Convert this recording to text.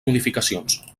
modificacions